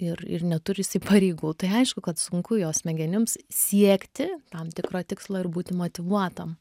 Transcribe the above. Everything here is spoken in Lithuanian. ir ir neturi jisai pareigų tai aišku kad sunku jo smegenims siekti tam tikro tikslo ir būti motyvuotam